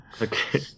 Okay